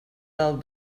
del